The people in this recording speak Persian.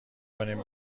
کنیم